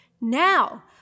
now